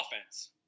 offense